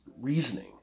reasoning